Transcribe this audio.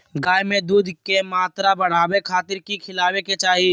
गाय में दूध के मात्रा बढ़ावे खातिर कि खिलावे के चाही?